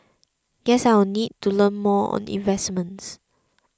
guess I need to learn more on investments